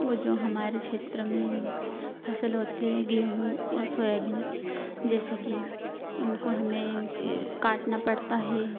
वह जो हमारे क्षेत्र में फ़सल होती है गेहूँ और सोयाबीन जैसे कि उनको हमें काटना पड़ता है